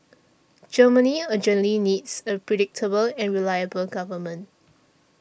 Germany urgently needs a predictable and reliable government